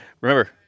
remember